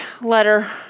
letter